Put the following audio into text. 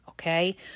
Okay